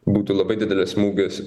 būtų labai didelis smūgis